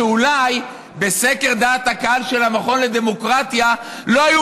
שאולי בסקר דעת הקהל של המכון לדמוקרטיה לא היו